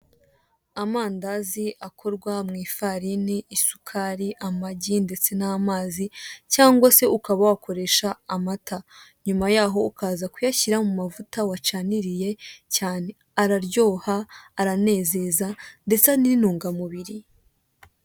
Amandazi akorwa mu ifarini, isukari, amagi ndetse n'amazi cyangwa se ukaba wakoresha amata, nyuma yaho ukaza kuyashyira mu mavuta wacaniriye cyane. Araryoha, araneneza, ndetse ni n'intungamubiri.